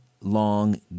long